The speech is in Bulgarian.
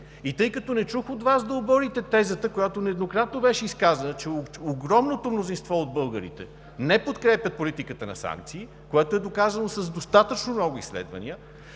Тъй като не чух от Вас да оборите тезата, изказана нееднократно, че огромното мнозинство от българите не подкрепя политиката на санкции, а това е доказано с достатъчно много изследвания,